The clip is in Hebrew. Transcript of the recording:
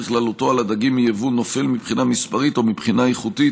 הדגים מיבוא בכללותו נופל מבחינה מספרית או מבחינה איכותית